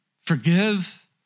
Forgive